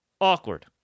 Awkward